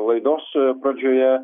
laidos pradžioje